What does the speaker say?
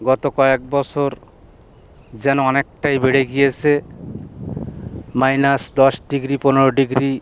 গত কয়েক বছর যেন অনেকটাই বেড়ে গিয়েছে মাইনাস দশ ডিগ্রি পনেরো ডিগ্রি